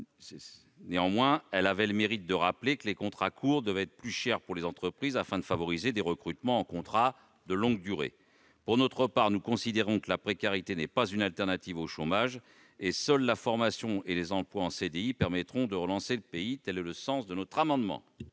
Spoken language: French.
néanmoins le mérite de rappeler que les contrats courts doivent être plus chers pour les entreprises, afin de favoriser des recrutements en contrat de longue durée. Pour notre part, nous considérons que la précarité n'est pas une alternative au chômage ; seuls la formation et les emplois en CDI permettront de relancer le pays. Quel est l'avis de la commission